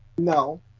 no